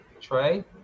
Trey